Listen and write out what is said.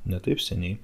ne taip seniai